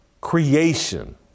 creation